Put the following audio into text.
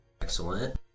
Excellent